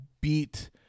beat